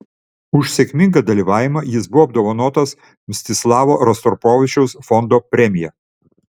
už sėkmingą dalyvavimą jis buvo apdovanotas mstislavo rostropovičiaus fondo premija